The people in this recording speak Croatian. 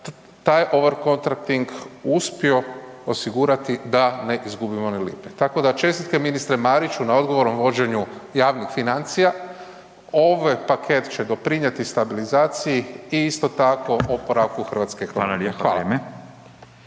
taj Overcontracting uspio osigurati da ne izgubimo ni lipe, tako da čestitke ministre Mariću na odgovornom vođenju javnih financija. Ovaj paket će doprinjeti stabilizaciji i isto tako oporavku RH …/Upadica: Hvala